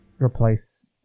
replace